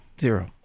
Zero